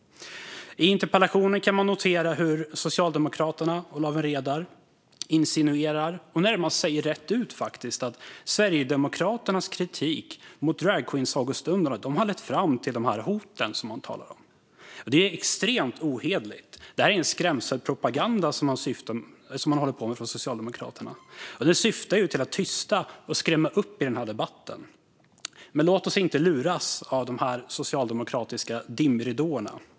I interpellationen kan man notera hur Socialdemokraterna och Lawen Redar insinuerar och närmast säger rätt ut att Sverigedemokraternas kritik mot dragqueensagostunderna har lett till de hot hon talar om. Det är extremt ohederligt. Det här är skrämselpropaganda från Socialdemokraterna som syftar till att tysta och skrämma upp dem som deltar i debatten. Låt oss inte luras av dessa socialdemokratiska dimridåer!